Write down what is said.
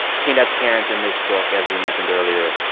peanut's parents in this book, as we mentioned earlier,